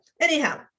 anyhow